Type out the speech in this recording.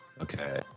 Okay